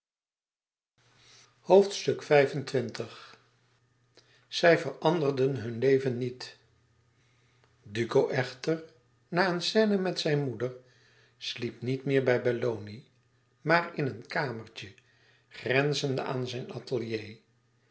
zij veranderden hun leven niet duco echter na een scène met zijn moeder sliep niet meer bij belloni maar in een kamertje grenzende aan zijn atelier